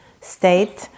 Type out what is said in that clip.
state